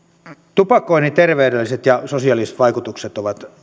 tupakoinnin terveydelliset ja sosiaaliset vaikutukset ovat